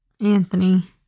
Anthony